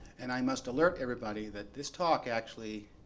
and i must alert everybody that this talk actually,